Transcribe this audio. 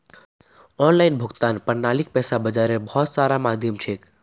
online भुगतान प्रणालीक पैसा बाजारेर बहुत सारा माध्यम छेक